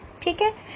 ठीक है